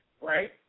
Right